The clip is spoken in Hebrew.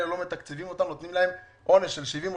לא מתקצבים אותם ונותנים להם עונש של 70%,